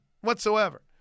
whatsoever